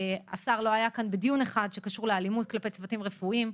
השר לא היה כאן בדיון אחד שקשור לאלימות כלפי צוותים רפואיים,